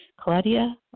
claudia